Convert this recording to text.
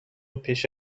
پیش